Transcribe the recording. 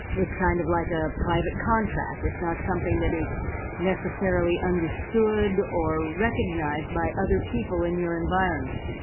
it's kind of like a private contract. it's not something that is necessarily understood or recognized by other people in your environment.